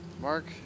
Mark